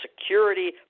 security